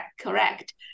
correct